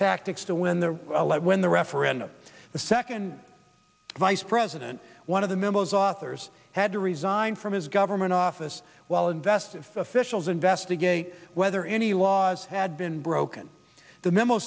tactics to win the lead when the referendum the second vice president one of the memos authors had to resign from his government office while invest if officials investigate whether any laws had been broken the memo